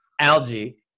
algae